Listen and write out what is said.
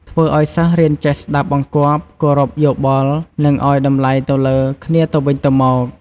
ធ្វើឲ្យសិស្សរៀនចេះស្ដាប់បង្គាប់ គោរពយោបល់ និងឲ្យតម្លៃទៅលើគ្នាទៅវិញទៅមក។